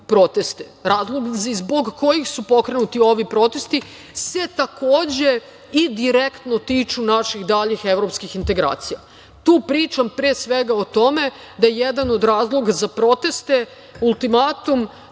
razlozi zbog koji su pokrenuti ovi protesti se takođe, i direktno tiču naših daljih evropskih integracija. Tu pričam, pre svega o tome, da jedan od razloga za proteste ultimatum